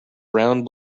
round